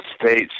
States